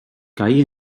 caí